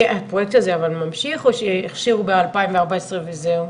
הפרויקט הזה ממשיך, או שהכשירו ב-2014 וזהו?